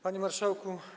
Panie Marszałku!